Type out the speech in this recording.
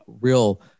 real